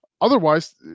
Otherwise